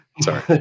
Sorry